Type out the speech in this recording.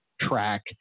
track